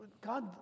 God